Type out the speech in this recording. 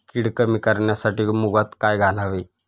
कीड कमी करण्यासाठी मुगात काय घालावे?